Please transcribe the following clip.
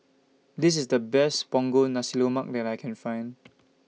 This IS The Best Punggol Nasi Lemak that I Can Find